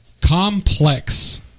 complex